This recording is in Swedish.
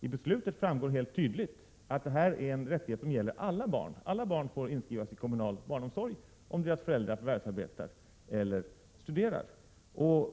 Av beslutet framgår helt tydligt att detta är en rättighet som gäller alla barn. Alla barn får inskrivas i kommunal barnomsorg om deras föräldrar förvärvsarbetar eller studerar.